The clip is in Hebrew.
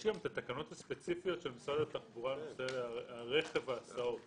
יש גם את התקנות הספציפיות של משרד התחבורה לגבי רכב הסעות